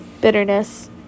bitterness